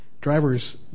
drivers